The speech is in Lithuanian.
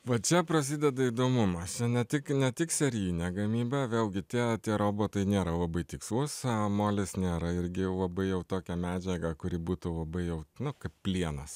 va čia prasideda įdomumas čia ne tik ne tik serijinė gamyba vėlgi tie tie robotai nėra labai tikslūs molis nėra irgi labai jau tokia medžiaga kuri būtų labai jau nu kaip plienas